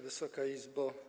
Wysoka Izbo!